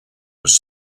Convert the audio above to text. was